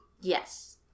Yes